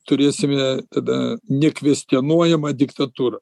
turėsime tada nekvestionuojamą diktatūrą